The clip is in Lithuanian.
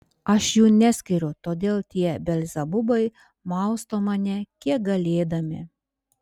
aš jų neskiriu todėl tie belzebubai mausto mane kiek galėdami